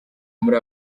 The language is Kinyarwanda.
muri